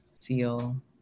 feel